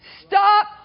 Stop